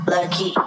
Lucky